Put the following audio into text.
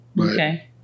Okay